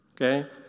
okay